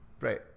Right